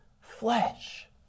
flesh